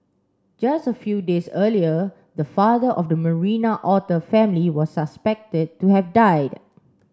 just a few days earlier the father of the Marina otter family was suspected to have died